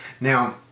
now